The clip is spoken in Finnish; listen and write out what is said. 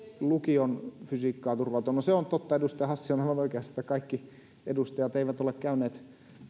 lukion fysiikkaan turvautua no se on totta edustaja hassi on aivan oikeassa että kaikki edustajat eivät ole käyneet